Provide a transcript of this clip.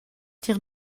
tier